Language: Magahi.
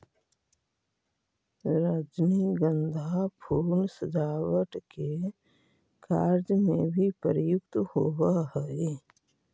रजनीगंधा फूल सजावट के कार्य में भी प्रयुक्त होवऽ हइ